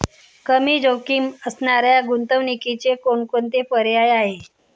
कमी जोखीम असणाऱ्या गुंतवणुकीचे कोणकोणते पर्याय आहे?